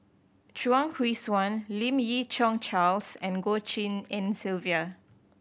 Chuang Hui Tsuan Lim Yi Yong Charles and Goh Tshin En Sylvia